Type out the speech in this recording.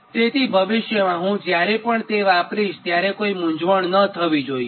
તેથી ભવિષ્યમાં હું જ્યારે તે વાપરીશ ત્યારે કોઈ મૂંઝવણ ન થવી જોઈએ